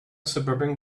suburban